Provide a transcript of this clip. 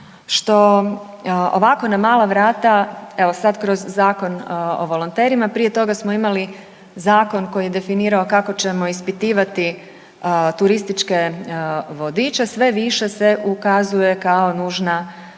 što ovako na mala vrata, evo sad kroz Zakon o volonterima, prije toga smo imali zakon koji je definirao kako ćemo ispitivati turističke vodiče, sve više se ukazuje kao nužna potreba